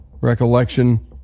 recollection